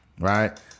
right